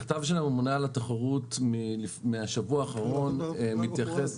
מכתב של הממונה על התחרות מהשבוע האחרון מתייחס